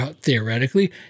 theoretically